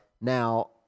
Now